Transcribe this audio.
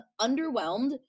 underwhelmed